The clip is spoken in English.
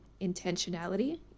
intentionality